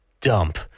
Dump